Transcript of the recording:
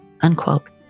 unquote